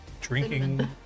drinking